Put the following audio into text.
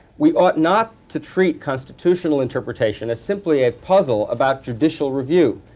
we ought not to treat constitutional interpretation as simply a puzzle about judicial review.